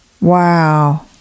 Wow